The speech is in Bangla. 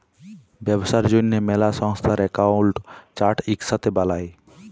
ব্যবসার জ্যনহে ম্যালা সংস্থার একাউল্ট চার্ট ইকসাথে বালায়